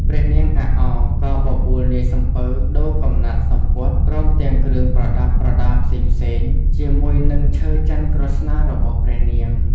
ព្រះនាងអាក់អ ក៏បបួលនាយសំពៅដូរកំណាត់សំពត់ ព្រមទាំងគ្រឿងប្រដាប់ដារផ្សេងៗ ជាមួយនឹងឈើចន្ទន៍ក្រស្នារបស់ព្រះនាង ។